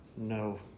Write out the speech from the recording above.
No